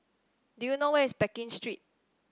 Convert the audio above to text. do you know where is Pekin Street